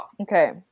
Okay